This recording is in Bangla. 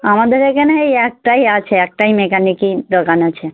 আমাদের এখানে এই একটাই আছে একটাই মেকানিকই দোকান আছে